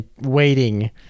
waiting